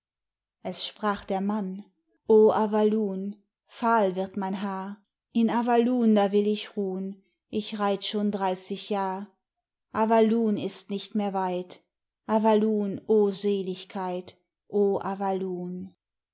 es sprach der mann o avalun fahl wird mein haar in avalun da will ich ruh'n ich reit schon dreißig jahr avalun ist nicht mehr weit avalun o seligkeit o